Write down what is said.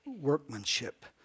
workmanship